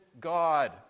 God